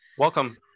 Welcome